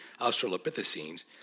australopithecines